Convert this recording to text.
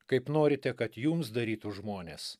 kaip norite kad jums darytų žmonės